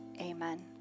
Amen